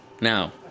Now